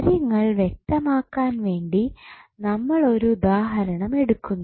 കാര്യങ്ങൾ വ്യക്തമാക്കാൻ വേണ്ടി നമ്മൾ ഒരു ഉദാഹരണം എടുക്കുന്നു